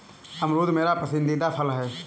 अमरूद मेरा पसंदीदा फल है